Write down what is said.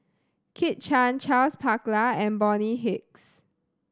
Kit Chan Charles Paglar and Bonny Hicks